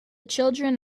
children